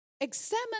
Examine